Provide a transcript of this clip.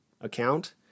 account